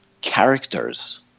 characters